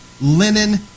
linen